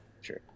sure